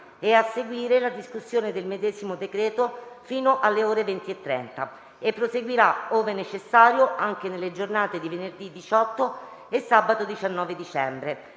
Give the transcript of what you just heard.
e, a seguire, la discussione del medesimo decreto fino alle ore 20,30, che proseguirà, ove necessario, anche nelle giornate di venerdì 18 e sabato 19 dicembre.